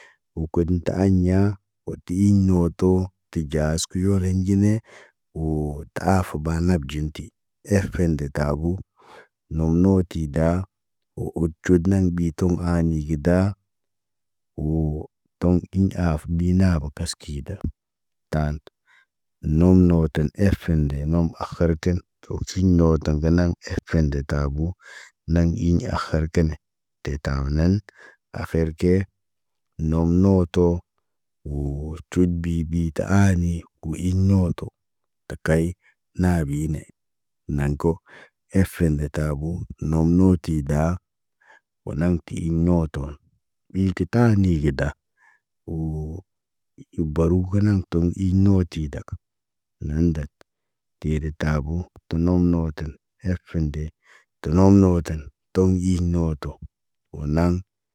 Wo kodum ta aɲa, wo ti iɲ ɲoto, ti ɟaas kə yoreɲ nɟine, woo tə afa baa nab ɟin ti. Efen de tabu, nom mooti daa, woo ot cut naŋg ɓi tum a ni gidaa, woo tom i a ginaba kaskida. Taan, nom nooten efen de nomba akhartin, toosinoo dəŋgəna efen de tabo, naŋg iɲ akharkene. Tetabo nan, akhir ke, nom nooto, woo tərut bi bi ta aani, wo iɲ nooto. Tə kay, naabine, naŋg ko, efen de detabo, nom nooti daa, wo nam ti in nooto, ɓii ti naagida, woo ibaruga naŋg tom iinoti daga. Naan ndat, tedetabo, tə nom nootən, efen de tə nom nootən, tom iinoto, wo naŋg.